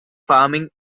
farming